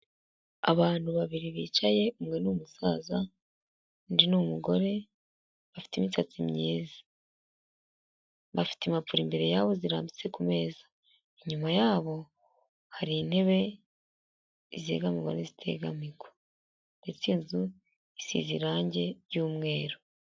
Abantu babiri bicaye umwe ni umusaza, undi ni umugore, bafite imisatsi mwiza, bafite impapuro imbere yabo zirambitse ku meza, inyuma yabo hari intebe izegamirwa n'izitegamirwa ndetse inzu isize irangi ry'umweru.